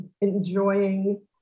enjoying